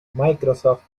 microsoft